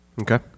Okay